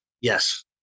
Yes